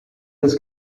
this